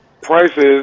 prices